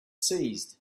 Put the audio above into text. seized